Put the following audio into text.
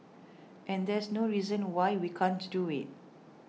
and there's no reason why we can't do it